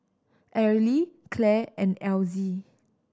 Arely Clell and Elsie